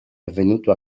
avvenuto